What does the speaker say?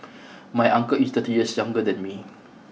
my uncle is thirty years younger than me